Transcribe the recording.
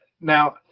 now